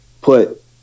put